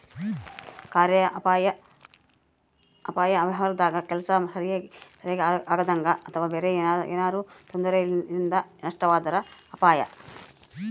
ಕಾರ್ಯಾದ ಅಪಾಯ ವ್ಯವಹಾರದಾಗ ಕೆಲ್ಸ ಸರಿಗಿ ಆಗದಂಗ ಅಥವಾ ಬೇರೆ ಏನಾರಾ ತೊಂದರೆಲಿಂದ ನಷ್ಟವಾದ್ರ ಅಪಾಯ